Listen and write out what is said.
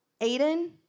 Aiden